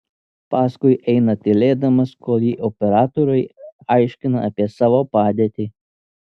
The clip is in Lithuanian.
paskui eina tylėdamas kol ji operatoriui aiškina apie savo padėtį